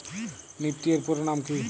Nifty এর পুরোনাম কী?